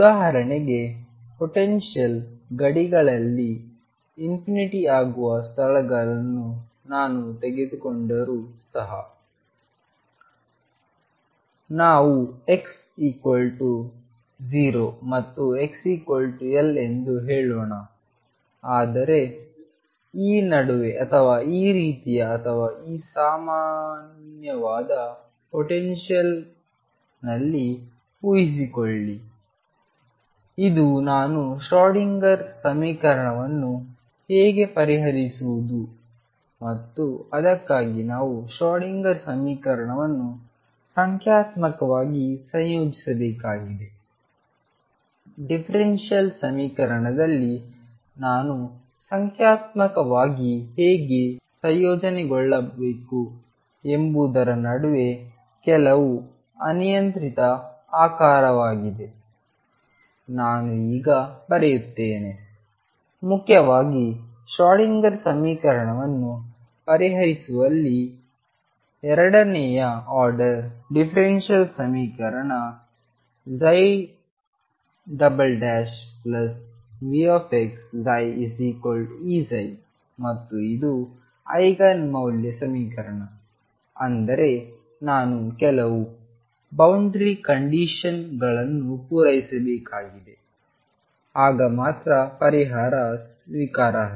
ಉದಾಹರಣೆಗೆ ಪೊಟೆನ್ಶಿಯಲ್ ಗಡಿಗಳಲ್ಲಿ ಆಗುವ ಸ್ಥಳವನ್ನು ನಾನು ತೆಗೆದುಕೊಂಡರೂ ಸಹ ನಾವು x 0 ಮತ್ತು x L ಎಂದು ಹೇಳೋಣ ಆದರೆ ಈ ನಡುವೆ ಅಥವಾ ಈ ರೀತಿಯ ಅಥವಾ ಸಾಮಾನ್ಯವಾಗಿ ಪೊಟೆನ್ಶಿಯಲ್ನಲ್ಲಿ ಊಹಿಸಿಕೊಳ್ಳಿ ಇದು ನಾನು ಶ್ರೋಡಿಂಗರ್ ಸಮೀಕರಣವನ್ನು ಹೇಗೆ ಪರಿಹರಿಸುವುದು ಮತ್ತು ಅದಕ್ಕಾಗಿ ನಾವು ಶ್ರೋಡಿಂಗರ್ ಸಮೀಕರಣವನ್ನು ಸಂಖ್ಯಾತ್ಮಕವಾಗಿ ಸಂಯೋಜಿಸಬೇಕಾಗಿದೆ ಡಿಫರೆನ್ಷಿಯಲ್ ಸಮೀಕರಣದಲ್ಲಿ ನಾನು ಸಂಖ್ಯಾತ್ಮಕವಾಗಿ ಹೇಗೆ ಸಂಯೋಜನೆಗೊಳ್ಳಬೇಕು ಎಂಬುದರ ನಡುವೆ ಕೆಲವು ಅನಿಯಂತ್ರಿತ ಆಕಾರವಾಗಿದೆ ನಾನು ಈಗ ಬರೆಯುತ್ತೇನೆ ಮುಖ್ಯವಾಗಿ ಶ್ರೋಡಿಂಗರ್ ಸಮೀಕರಣವನ್ನು ಪರಿಹರಿಸುವಲ್ಲಿ ಎರಡನೆಯ ಆರ್ಡರ್ ಡಿಫರೆನ್ಷಿಯಲ್ ಸಮೀಕರಣ VxψEψ ಮತ್ತು ಇದು ಐಗನ್ ಮೌಲ್ಯ ಸಮೀಕರಣ ಅಂದರೆ ನಾನು ಕೆಲವು ಬೌಂಡರಿ ಕಂಡೀಶನ್ ಗಳನ್ನು ಪೂರೈಸಬೇಕಾಗಿದೆ ಆಗ ಮಾತ್ರ ಪರಿಹಾರ ಸ್ವೀಕಾರಾರ್ಹ